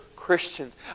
Christians